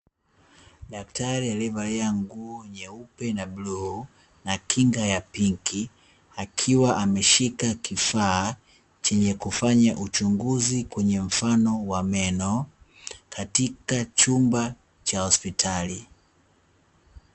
Daktari aliye valia nguo nyeupe, na bluu na kinga ya pinki, akiwa ameshika kifaa chenye kufanya uchunguzi kwenye mfano wa meno katika chumba cha hospitali.